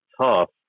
tough